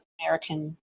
American